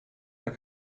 der